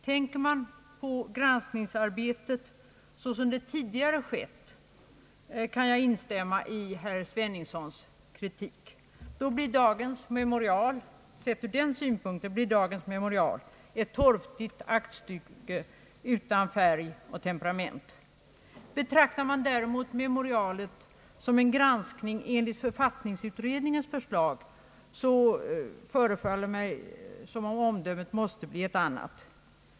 Tänker man på granskningsarbetet så som det tidigare skett, kan jag instämma i herr Sveningssons kritik. Sett ur den synpunkten blir dagens memorial ett torftigt aktstycke utan färg och temperament. Betraktar man däremot memorialet som en granskning enligt författningsutredningens förslag förefaller det mig som om omdömet blir ett annat.